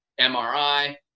mri